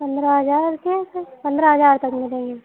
पन्द्रह हज़ार के फिर पन्द्रह हज़ार तक मिलेंगे